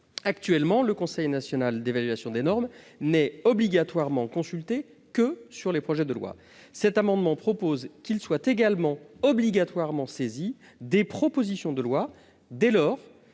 Actuellement, le Conseil national d'évaluation des normes n'est obligatoirement consulté que sur les projets de loi. Cet amendement vise à ce qu'il soit également obligatoirement saisi des propositions de loi, dès lors